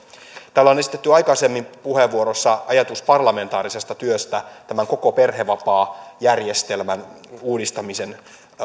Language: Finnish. täällä on esitetty aikaisemmin puheenvuorossa ajatus parlamentaarisesta työstä tämän koko perhevapaajärjestelmän uudistamisen